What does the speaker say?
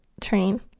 train